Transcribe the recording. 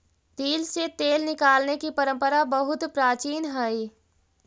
तिल से तेल निकालने की परंपरा बहुत प्राचीन हई